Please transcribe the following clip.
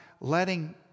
letting